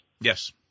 Yes